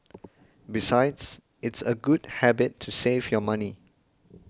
besides it's a good habit to save your money